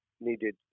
needed